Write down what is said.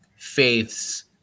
faiths